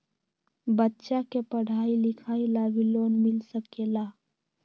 बच्चा के पढ़ाई लिखाई ला भी लोन मिल सकेला?